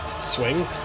swing